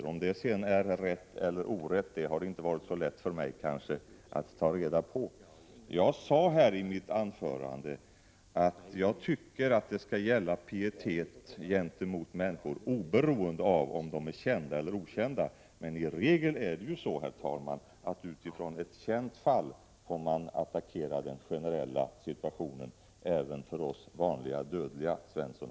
Om det sedan är rätt eller orätt har inte varit så lätt för mig att ta reda på. Jag sade i mitt anförande att jag tycker att det skall gälla pietet gentemot människor, oberoende av om de är kända eller okända, men i regel är det så, herr talman, att man utifrån ett känt fall får attackera den generella situationen även för en vanlig dödlig Svensson.